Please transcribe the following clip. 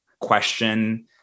question